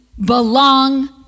belong